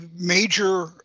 major